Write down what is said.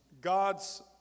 God's